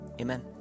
Amen